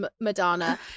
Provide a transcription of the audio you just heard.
Madonna